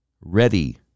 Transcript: ready